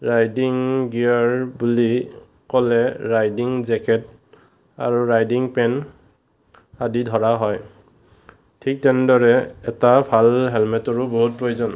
riding gear বুলি ক'লে riding jacket আৰু ৰাইডিং পেন আদি ধৰা হয় ঠিক তেনেদৰে এটা ভাল হেলমেটৰো বহুত প্ৰয়োজন